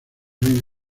reino